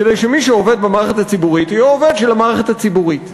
כדי שמי שעובד במערכת הציבורית יהיה עובד של המערכת הציבורית.